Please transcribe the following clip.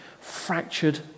fractured